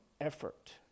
effort